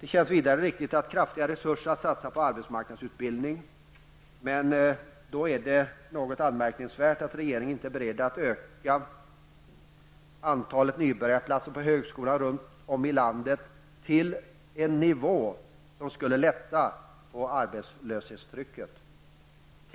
Det känns vidare riktigt att kraftiga resurser satsas på arbetsmarknadsutbildning. Det är då något anmärkningsvärt att regeringen inte är beredd att öka antalet nybörjarplatser på högskolorna runt om i landet till en nivå som skulle innebära att arbetslöshetstrycket skulle